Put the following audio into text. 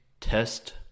test